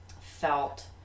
felt